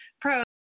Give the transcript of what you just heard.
pros